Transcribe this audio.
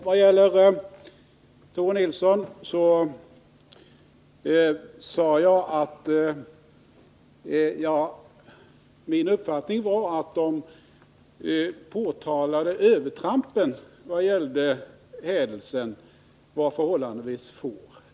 Vad gäller Tore Nilsson sade jag att min uppfattning var att de påtalade övertrampen vad beträffar hädelse var förhållandevis få.